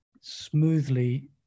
smoothly